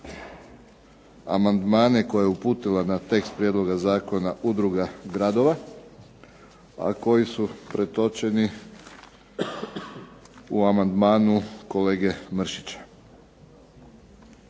amandmane koje je uputila na tekst prijedloga zakona Udruga gradova, a koji su pretočeni u amandmanu kolege Mršića.